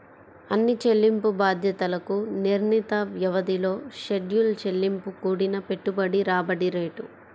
అన్ని చెల్లింపు బాధ్యతలకు నిర్ణీత వ్యవధిలో షెడ్యూల్ చెల్లింపు కూడిన పెట్టుబడి రాబడి రేటు